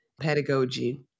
pedagogy